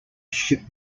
ship